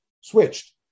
Switched